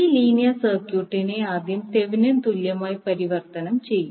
ഈ ലീനിയർ സർക്യൂട്ടിനെ ആദ്യം തെവെനിന് തുല്യമായി പരിവർത്തനം ചെയ്യും